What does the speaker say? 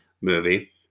movie